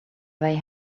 they